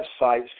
websites